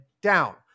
down